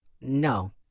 No